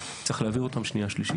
צריך להעביר אותם קריאה שנייה ושלישית.